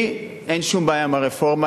לי אין שום בעיה עם הרפורמה,